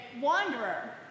wanderer